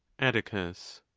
atticus.